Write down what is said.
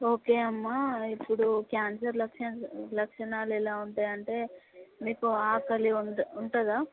okay అమ్మా ఇప్పుడు cancer లక్షణ్ లక్షణాలు ఎలా ఉంటాయి అంటే మీకు ఆకలి ఉండ ఉంటుందా